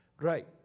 Right